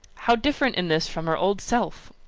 how different in this from her old self!